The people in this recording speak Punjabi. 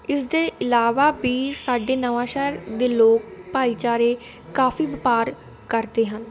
ਇਸਦੇ ਇਲਾਵਾ ਵੀ ਸਾਡੇ ਨਵਾਂਸ਼ਹਿਰ ਦੇ ਲੋਕ ਭਾਈਚਾਰੇ ਕਾਫੀ ਵਪਾਰ ਕਰਦੇ ਹਨ